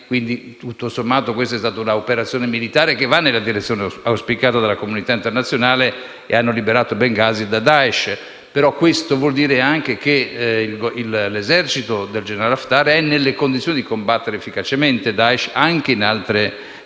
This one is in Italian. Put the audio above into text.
Daesh e tutto sommato questa è stata un'operazione militare che va nella direzione auspicata dalla comunità internazionale. Tuttavia, questo vuol dire che l'esercito del generale Haftar è nelle condizioni di combattere efficacemente Daesh anche in altre città